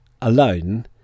alone